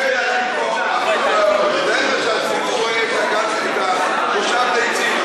מילא שהציבור רואה את המליאה כמושב לצים,